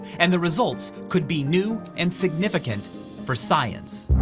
and the results could be new and significant for science.